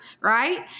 right